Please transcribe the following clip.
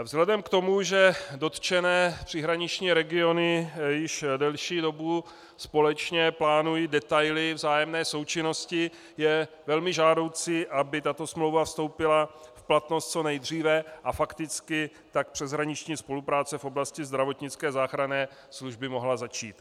Vzhledem k tomu, že dotčené příhraniční regiony již delší dobu společně plánují detaily vzájemné součinnosti, je velmi žádoucí, aby tato smlouva vstoupila v platnost co nejdříve a fakticky tak přeshraniční spolupráce v oblasti zdravotnické záchranné služby mohla začít.